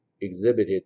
exhibited